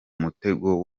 mutego